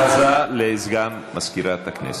הודעה לסגן מזכירת הכנסת.